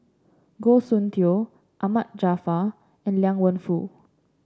Goh Soon Tioe Ahmad Jaafar and Liang Wenfu